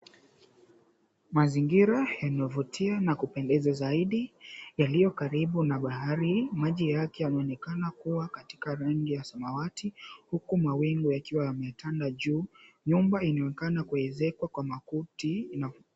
Mazingira yanayovutia na kupendeza zaidi yaliyo karibu na bahari. Maji yake yameonekana kuwa katika rangi ya samawati, huku mawingu yakiwa yametanda juu. Nyumba inaonekana kuezekwa kwa makuti.